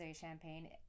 champagne